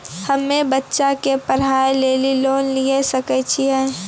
हम्मे बच्चा के पढ़ाई लेली लोन लिये सकय छियै?